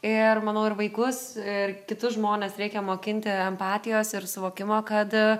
ir manau ir vaikus ir kitus žmones reikia mokinti empatijos ir suvokimo kad